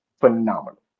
phenomenal